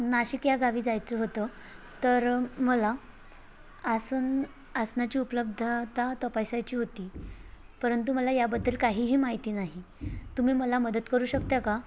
नाशिक या गावी जायचं होतं तर मला आसन आसनाची उपलब्धता तपासायची होती परंतु मला याबद्दल काहीही माहिती नाही तुम्ही मला मदत करू शकता का